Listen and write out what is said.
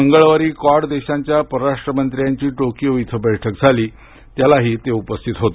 मंगळवारी क्वाड देशांच्या परराष्ट्र मंत्र्यांची टोकियो इथं भेट झाली त्यालाही पोम्पेओ उपस्थित होते